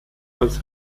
als